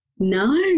no